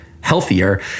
healthier